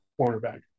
cornerback